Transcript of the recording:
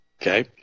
Okay